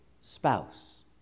spouse